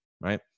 right